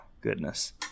Goodness